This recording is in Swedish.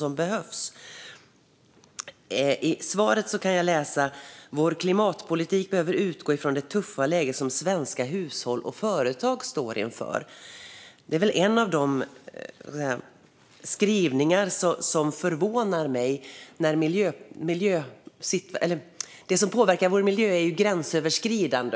I interpellationssvaret säger ministern att vår klimatpolitik behöver utgå ifrån det tuffa läge som svenska hushåll och företag står inför. Det är ett av de uttalanden som förvånar mig. Det som påverkar vår miljö är ju gränsöverskridande.